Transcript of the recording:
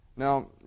Now